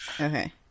Okay